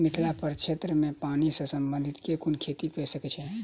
मिथिला प्रक्षेत्र मे पानि सऽ संबंधित केँ कुन खेती कऽ सकै छी?